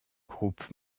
groupes